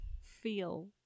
feel